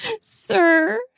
Sir